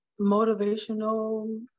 motivational